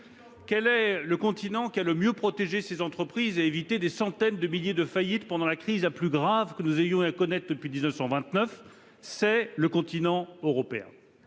Quel est le continent qui a le mieux protégé ses entreprises et évité des centaines de milliers de faillites pendant la crise la plus grave que nous ayons eu à connaître depuis 1929 ? C'est le continent européen.